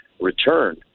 return